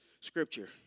scripture